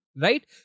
right